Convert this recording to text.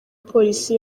polisi